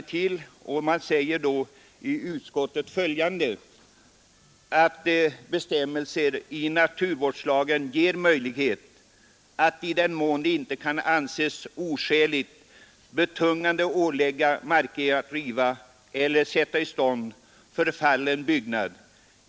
I utskottets betänkande heter 29 fiövember 1972 det, ”att bestämmelser i naturvårdslagen ger möjlighet att — i den mån det inte kan anses oskäligt betungande — ålägga markägaren att riva eller sätta i stånd förfallen byggnad.